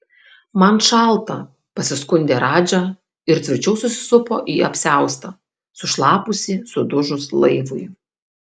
man šalta pasiskundė radža ir tvirčiau susisupo į apsiaustą sušlapusį sudužus laivui